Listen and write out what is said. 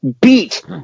beat